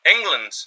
England